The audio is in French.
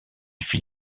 fit